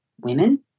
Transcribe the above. women